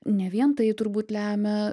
ne vien tai turbūt lemia